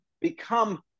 become